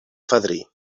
fadrí